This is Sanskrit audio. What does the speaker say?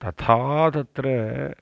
तथा तत्र